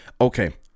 okay